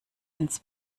ins